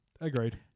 Agreed